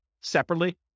separately